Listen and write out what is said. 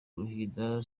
ruhinda